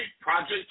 Project